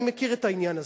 אני מכיר את העניין הזה.